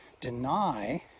deny